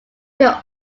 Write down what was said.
should